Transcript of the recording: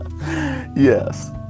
Yes